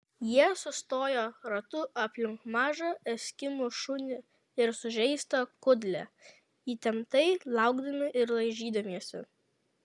jie sustojo ratu aplink mažą eskimų šunį ir sužeistą kudlę įtemptai laukdami ir laižydamiesi